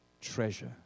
treasure